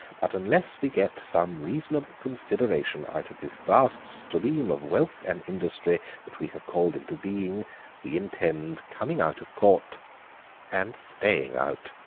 but unless we get some reasonable consideration out of this vast stream of wealth and industry that we have called into being we intend coming out of court and staying out.